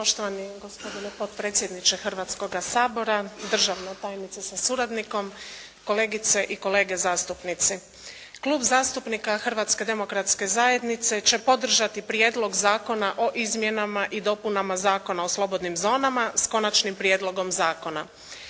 Hrvatske demokratske zajednice će podržati Prijedlog zakona o izmjenama i dopunama Zakona o slobodnim zonama, s Konačnim prijedlogom zakona.